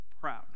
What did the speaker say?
proud